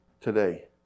Today